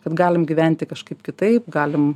kad galim gyventi kažkaip kitaip galim